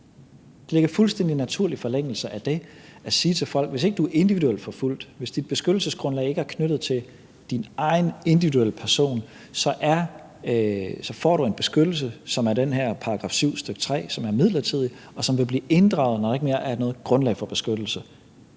Det ligger fuldstændig i naturlig forlængelse af det at sige til folk: Hvis du ikke er individuelt forfulgt, hvis dit beskyttelsesgrundlag ikke er knyttet til din egen individuelle person, får du en beskyttelse efter den her § 7, stk. 3, som er midlertidig, og som vil blive inddraget, når der ikke mere er noget grundlag for beskyttelse.